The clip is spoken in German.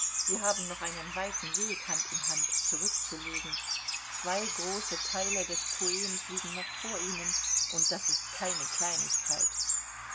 sie haben noch einen weiten weg hand in hand zurückzulegen zwei große teile des poems liegen noch vor ihnen und das ist keine kleinigkeit